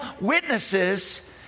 witnesses